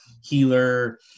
healer